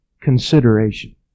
consideration